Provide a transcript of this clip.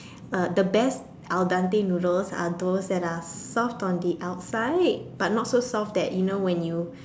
uh the best al-dente noodles are those that are soft on the outside but not so soft that you know when you